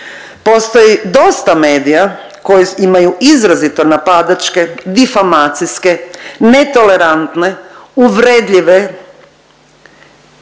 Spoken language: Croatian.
Postoji dosta medija koji imaju izrazito napadačke, difamacijske, netolerantne, uvredljive,